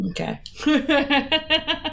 Okay